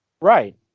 Right